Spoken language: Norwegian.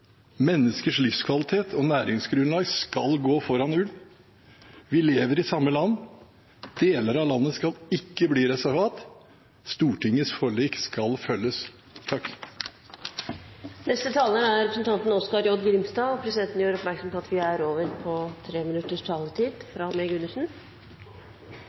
Menneskers livskvalitet og næringsgrunnlag skal gå foran ulv. Vi lever i samme land. Deler av landet skal ikke bli reservat. Stortingets forlik skal følges. Rovviltpolitikken er behandla fleire gonger i Stortinget, og dagens forvaltning skjer etter føringar i rovviltforlika av 2004 og 2011 og Stortingets behandling av stortingsmeldinga Ulv i norsk natur våren 2016. Vi